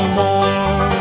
more